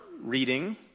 reading